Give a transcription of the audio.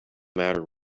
matter